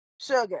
Sugar